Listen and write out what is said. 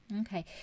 Okay